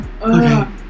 Okay